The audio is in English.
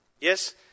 Yes